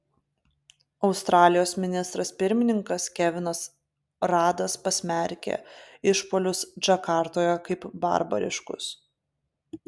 australijos ministras pirmininkas kevinas radas pasmerkė išpuolius džakartoje kaip barbariškus